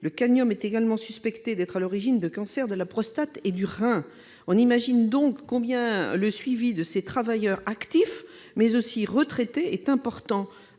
Le cadmium est également suspecté d'être à l'origine de cancers de la prostate et du rein. On imagine donc combien le suivi de ces travailleurs actifs mais aussi retraités est important